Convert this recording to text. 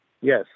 Yes